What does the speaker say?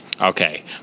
Okay